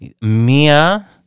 Mia